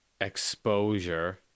exposure